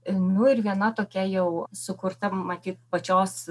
nu ir viena tokia jau sukurta matyt pačios